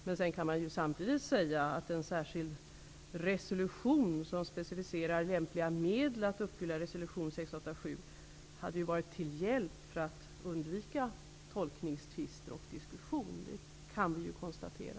Sedan kan man samtidigt säga att en särskild resolution som specificerar lämpliga medel att uppfylla resolution 687 hade varit till hjälp för att undvika tolkningstvister och diskussion. Det kan vi konstatera.